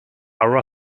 our